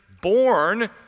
born